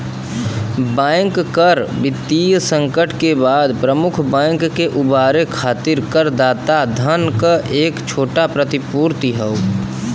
bank कर वित्तीय संकट के बाद प्रमुख बैंक के उबारे खातिर करदाता धन क एक छोटा प्रतिपूर्ति हौ